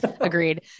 Agreed